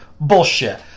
bullshit